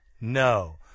No